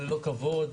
ללא כבוד.